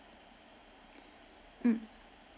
mm